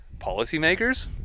policymakers